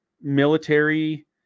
military